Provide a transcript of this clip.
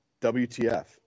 WTF